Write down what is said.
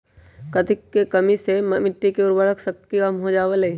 कथी के कमी से मिट्टी के उर्वरक शक्ति कम हो जावेलाई?